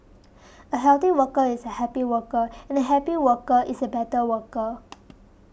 a healthy worker is a happy worker and a happy worker is a better worker